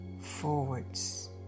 forwards